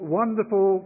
wonderful